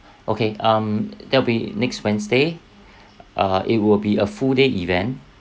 okay um that'll be next wednesday uh it will be a full day event